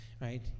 right